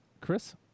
Chris